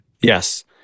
Yes